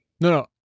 No